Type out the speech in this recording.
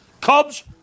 Cubs